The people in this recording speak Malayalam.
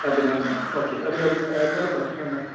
അഭിനവെന്നാണ് ഓക്കെ അഭിനവ് എന്താണ് പ്രശ്നമെന്താണ്